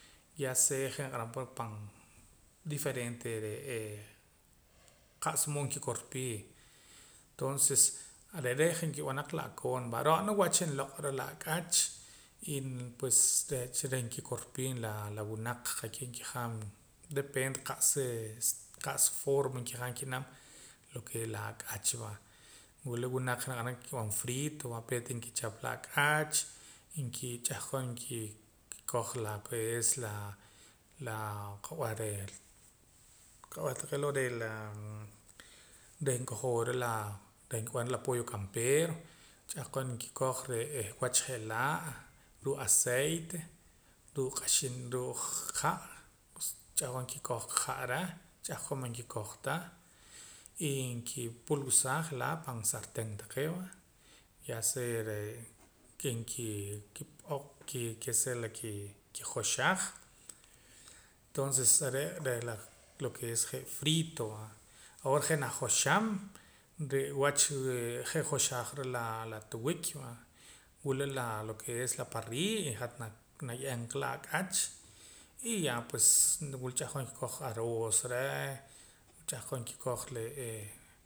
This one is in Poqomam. Ya sea je' naniq'aram pa pan diferente re'ee qa'sa mood nkikorpii tonces re're' je' nkib'an la'koon va ro'na wach nloq'ra la ak'ach y pues re'cha reh nkikorpii la laa winaq qa'keh nkijaam depende qa'sa qa'sa forma nkijaam ki'nam lo ke es la ak'ach va wila winaq naniq'aram nkib'an frito peet nikichap la ak'ach inkich'ahqon nkikoj lo ke es la laa qa'b'eh re' qa'beh taqee' loo' reh laa reh nkojoora laa reh nkib'an la pollo campero ch'ahqon nkikoj re'ee wach je'laa' ruu' aceite ruu' q'axin ruu' ha' ch'ahqon nkikoj ha' reh ch'ahqon man kikoj ta y nkiipu'lwusaa je'laa' pan sarten taqee' va ya sea ya sea nkijoxaj tonces are' reh lo ke es je' frito va yawoor je' najoxam re' wach ree' je' joxajra la tiwik va wula laa lo ke es la parrilla hat na naye'eem qa laa ak'ach y ya pues wila ch'ahqon nkikoj aroos reh ch'ahqon nkikoj re'ee